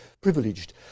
privileged